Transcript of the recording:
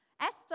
Esther